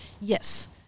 yes